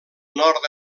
nord